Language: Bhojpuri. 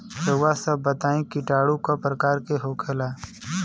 रउआ सभ बताई किटाणु क प्रकार के होखेला?